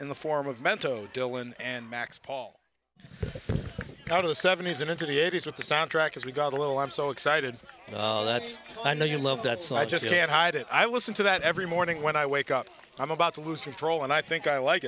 in the form of mental dillon and max paul out of the seventies and into the eighty's with the soundtrack as we got a little i'm so excited and that's all i know you love that so i just can't hide it i listen to that every morning when i wake up i'm about to lose control and i think i like